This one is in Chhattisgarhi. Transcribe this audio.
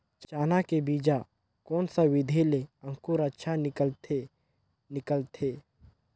चाना के बीजा कोन सा विधि ले अंकुर अच्छा निकलथे निकलथे